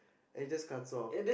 and he just cuts off